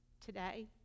today